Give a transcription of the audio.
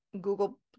Google